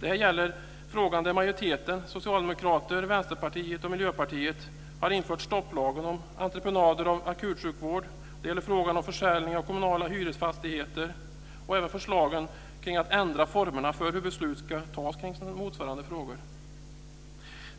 Det gäller frågan om att majoriteten - Socialdemokraterna, Vänsterpartiet och Miljöpartiet - har infört en stopplag för entreprenader av akutsjukvård. Det gäller frågan om försäljning av kommunala hyresfastigheter och även förslagen om att ändra formerna för hur beslut ska fattas om motsvarande frågor.